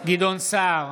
גדעון סער,